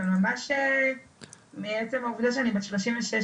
אבל ממש מעצם העובדה שאני בת שלושים ושש,